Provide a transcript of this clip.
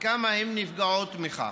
וכמה הן נפגעות מכך.